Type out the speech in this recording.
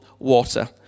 Water